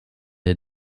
der